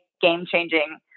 game-changing